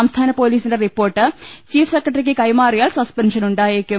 സംസ്ഥാന പൊലീസിന്റെ report chief സെക്രട്ടറിക്ക് കൈമാറിയാൽ സസ്പെൻഷൻ ഉണ്ടായേക്കും